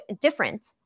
different